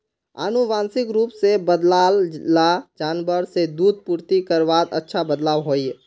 आनुवांशिक रूप से बद्लाल ला जानवर से दूध पूर्ति करवात अच्छा बदलाव होइए